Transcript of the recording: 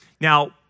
Now